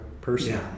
person